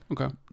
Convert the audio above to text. Okay